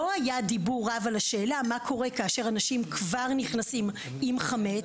לא היה דיבור רב על השאלה מה קורה כאשר אנשים כבר נכנסים עם חמץ,